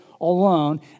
alone